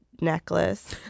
necklace